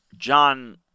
John